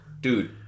Dude